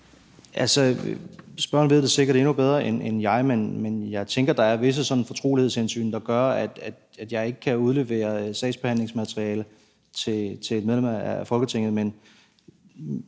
(fg.): Spørgeren ved det sikkert endnu bedre end jeg, men jeg tænker, at der er visse fortrolighedshensyn, der gør, at jeg ikke kan udlevere sagsbehandlingsmateriale til et medlem af Folketinget.